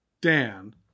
Dan